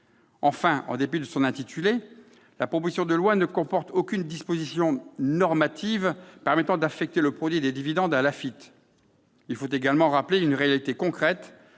Enfin, en dépit de son intitulé, la proposition de loi ne comporte aucune disposition normative permettant d'affecter le produit des dividendes à l'Afitf. Il faut également rappeler une réalité concrète